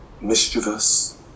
mischievous